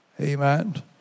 Amen